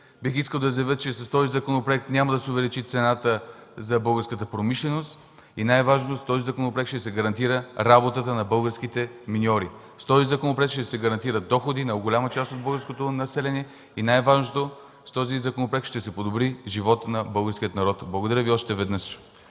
Бих искал да заявя, че с този закон няма да се увеличи цената за българската промишленост и най-важното – с него ще се гарантира работата на българските миньори. С този закон ще се гарантират доходите на голяма част от българското население, и най-важното – с него ще се подобри животът на българския народ. Благодаря Ви още веднъж.